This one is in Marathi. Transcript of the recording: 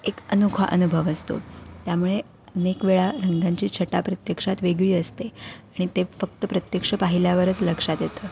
एक अनोखा अनुभव असतो त्यामुळे अनेक वेळा रंगांची छटा प्रत्यक्षात वेगळी असते आणि ते फक्त प्रत्यक्ष पाहिल्यावरच लक्षात येतं